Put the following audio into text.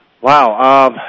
Wow